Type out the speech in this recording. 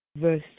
verse